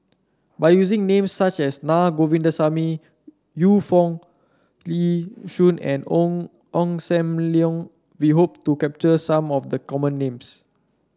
by using names such as Naa Govindasamy Yu Foo Yee Shoon and Ong Ong Sam Leong we hope to capture some of the common names